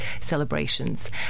celebrations